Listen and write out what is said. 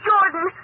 Jordan